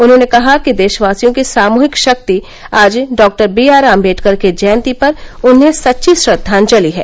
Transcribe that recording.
उन्होंने कहा कि देशवासियों की सामूहिक शक्ति आज डॉक्टर बीआरअम्बेडकर की जयंती पर उन्हें सच्ची श्रद्वांजलि है